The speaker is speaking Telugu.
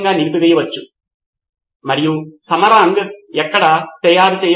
కాబట్టి ఆశించిన ఫలితం యొక్క మరొక భాగ అంశంపై మంచి అవగాహన